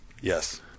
Yes